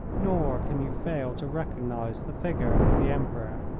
nor can you fail to recognise the figure of the emperor.